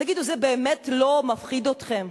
תגידו, זה באמת לא מפחיד אתכם?